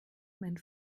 mein